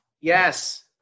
Yes